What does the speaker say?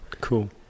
Cool